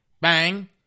Bang